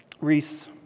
Reese